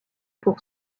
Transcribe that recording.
pour